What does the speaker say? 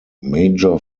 major